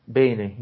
bene